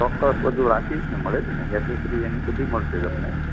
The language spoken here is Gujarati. ચોક્કસ બધું રાખીએ જ ને મળે જ ને એક્સેસરીઝ એની બધી મળશે તમને